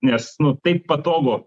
nes nu taip patogu